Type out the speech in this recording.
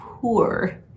poor